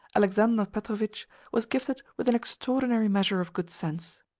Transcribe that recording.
alexander petrovitch was gifted with an extraordinary measure of good sense.